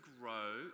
grow